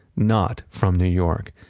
not from new york.